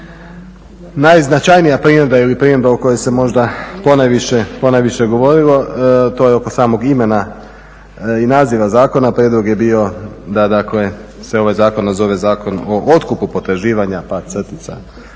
Najznačajnija primjedba ili primjedba o kojoj se možda ponajviše govorilo to je oko samog imena i naziva zakona. Prijedlog je bio, da dakle se ovaj zakon ne zove Zakon o otkupu potraživanja pa crtica